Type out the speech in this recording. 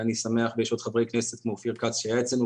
יש עוד חברי כנסת כמו אופיר כץ שהיה אצלנו